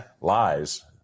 lies